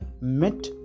met